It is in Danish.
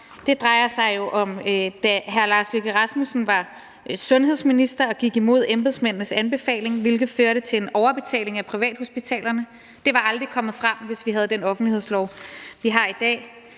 Det drejer sig jo om, da hr. Lars Løkke Rasmussen var sundhedsminister og gik imod embedsmændenes anbefaling, hvilket førte til en overbetaling af privathospitalerne. Det var aldrig kommet frem, hvis vi havde haft den offentlighedslov, vi har i dag.